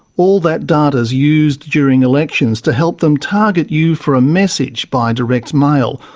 all that data's used during elections to help them target you for a message by direct mail,